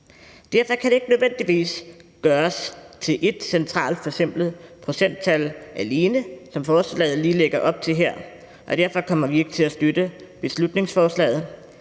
Derfor kan det ikke nødvendigvis gøres til ét centralt forsimplet procenttal alene, som forslaget her lige lægger op til, og derfor kommer vi ikke til at støtte beslutningsforslaget.